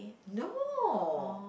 no